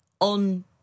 on